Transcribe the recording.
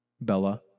Bella